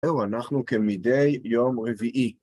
זהו, אנחנו כמדי יום רביעי.